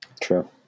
true